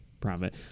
profit